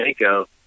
Mako